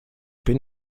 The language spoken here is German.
bin